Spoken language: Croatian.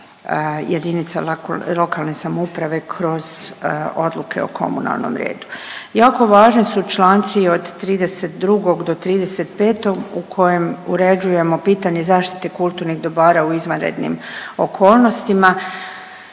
jedinica lokalne samouprave kroz odluke o komunalnom redu. Jako važni su Članci od 32. do 35. u kojem uređujemo pitanje zaštite kulturnih dobara u izvanrednim okolnostima.